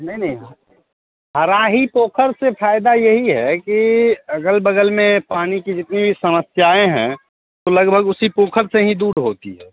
नहीं नहीं हराही पोखर से फ़ायदा यही है कि अग़ल बग़ल में पानी की जितनी समस्याएँ हैं वो लगभग उसी पोखर से ही दूर होती हैं